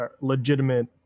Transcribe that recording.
legitimate